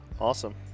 awesome